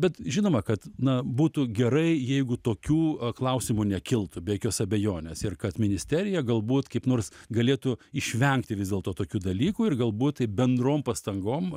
bet žinoma kad na būtų gerai jeigu tokių klausimų nekiltų be jokios abejonės ir kad ministerija galbūt kaip nors galėtų išvengti vis dėlto tokių dalykų ir galbūt tai bendrom pastangom